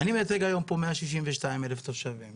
אני מייצג היום פה 162 אלף תושבים,